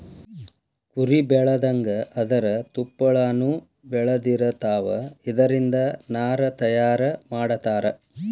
ಕುರಿ ಬೆಳದಂಗ ಅದರ ತುಪ್ಪಳಾನು ಬೆಳದಿರತಾವ, ಇದರಿಂದ ನಾರ ತಯಾರ ಮಾಡತಾರ